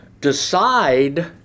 decide